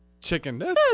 Chicken